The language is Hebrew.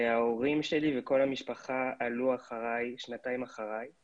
ההורים שלי וכל המשפחה עלו שנתיים לאחר עלייתי